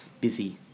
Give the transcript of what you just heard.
busy